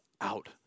out